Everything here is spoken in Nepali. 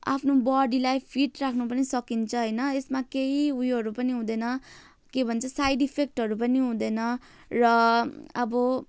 आफ्नो बडीलाई फिट राख्न पनि सकिन्छ होइन यसमा केही उयोहरू पनि हुँदैन के भन्छ साइड इफेक्टहरू पनि हुँदैन र अब